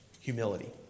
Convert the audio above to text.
humility